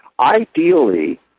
Ideally